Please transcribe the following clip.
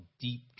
deep